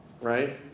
right